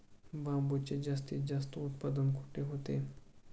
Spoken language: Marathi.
बांबूचे जास्तीत जास्त उत्पादन कुठे होते?